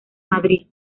madrid